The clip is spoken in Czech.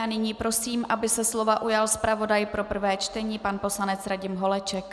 Nyní prosím, aby se slova ujal zpravodaj pro prvé čtení, pan poslanec Radim Holeček.